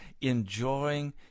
enjoying